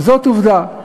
וזאת עובדה.